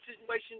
situation